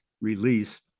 release